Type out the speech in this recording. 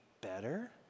better